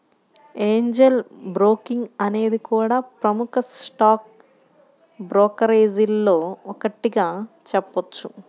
Angel Broking అనేది కూడా ప్రముఖ స్టాక్ బ్రోకరేజీల్లో ఒకటిగా చెప్పొచ్చు